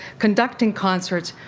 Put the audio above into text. conducting concerts,